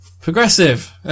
progressive